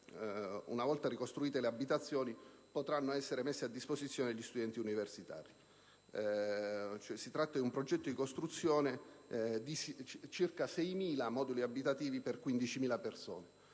una volta ricostruite le abitazioni, potranno essere messe a disposizione degli studenti universitari: si tratta di un progetto di costruzione di circa 6.000 moduli abitativi per 15.000 persone.